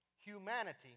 humanity